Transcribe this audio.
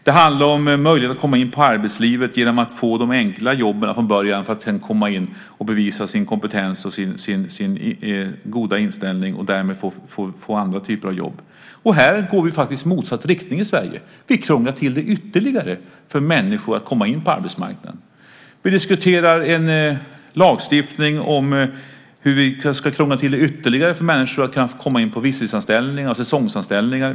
Det handlar om möjligheten att komma in i arbetslivet genom att få de enkla jobben från början för att komma in och bevisa sin kompetens och sin goda inställning och därmed få andra typer jobb. Här går vi faktiskt i motsatt riktning i Sverige. Vi krånglar till det ytterligare för människor att komma in på arbetsmarknaden. Vi diskuterar en lagstiftning om hur vi ska krångla till det ytterligare för människor att komma in på visstidsanställningar och säsongsanställningar.